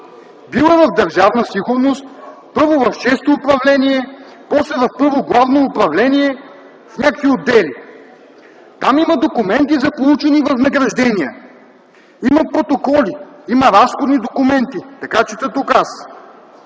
Бил е в Държавна сигурност, първо в Шесто управление, после в Първо главно управление в някакви отдели. Там има документи за получени възнаграждения, има протоколи, има разходни документи - така чета тук,